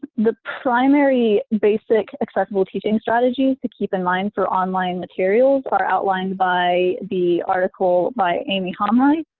the primary basic accessible teaching strategies to keep in mind for online materials are outlined by the article by aimi hamraie,